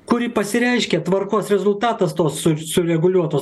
kuri pasireiškia tvarkos rezultatas to su sureguliuotos